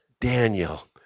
Daniel